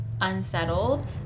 unsettled